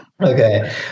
Okay